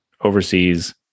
overseas